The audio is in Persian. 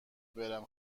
برم